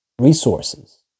resources